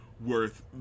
worth